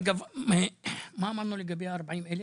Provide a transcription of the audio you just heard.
אגב, מה אמרנו לגבי 40,000?